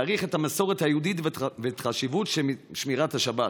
להעריך את המסורת היהודית ואת החשיבות של שמירת השבת.